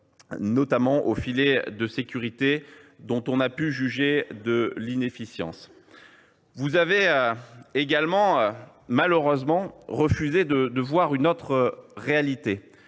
notamment au filet de sécurité, dont on a pu juger de l’inefficience. Vous avez également refusé de voir une autre réalité